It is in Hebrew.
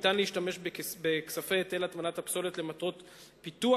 ניתן להשתמש בכספי היטל הטמנת הפסולת למטרות פיתוח,